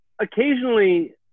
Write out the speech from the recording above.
Occasionally